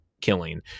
killing